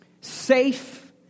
safe